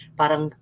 parang